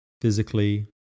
physically